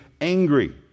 angry